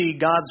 God's